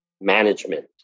management